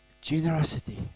Generosity